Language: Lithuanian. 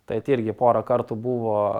tai at irgi porą kartų buvo